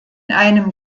einem